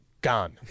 Gone